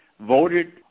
voted